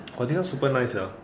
I think 他 super nice sia